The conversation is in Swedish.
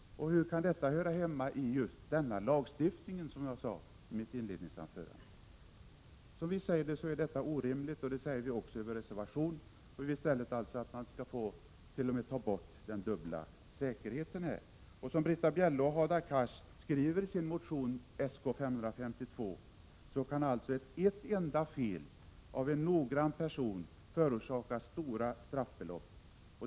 Och hur kan detta, som jag frågade i mitt inledningsanförande, höra hemma i just denna lagstiftning? Som vi ser det är detta orimligt, och det säger vi också i vår reservation. Vi vill i stället att man här skall ta bort den dubbla säkerheten. Som Britta Bjelle och Hadar Cars skriver i motion Sk552 kan alltså ett enda fel av en noggrann person förorsaka stora straffbelopp.